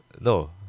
no